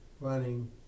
running